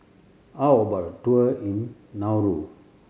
how about a tour in Nauru